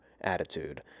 attitude